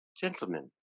Gentlemen